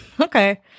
Okay